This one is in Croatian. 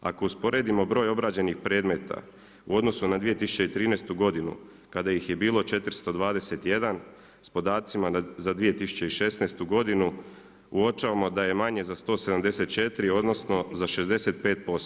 Ako usporedimo broj obrađenih predmeta u odnosu na 2013. kada ih je bilo 421 s podacima za 2016. uočavamo da je manje za 174, odnosno za 65%